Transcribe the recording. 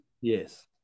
Yes